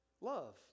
Love